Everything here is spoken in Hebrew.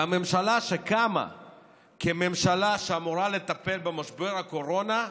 והממשלה, שקמה כממשלה שאמורה לטפל במשבר הקורונה,